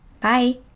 Bye